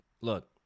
look